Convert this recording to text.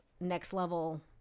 next-level